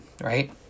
right